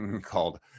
called